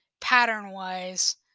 pattern-wise